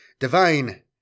Divine